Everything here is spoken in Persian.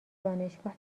دانشگاه